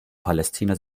palästina